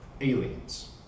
aliens